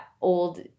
old